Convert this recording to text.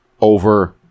over